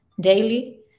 daily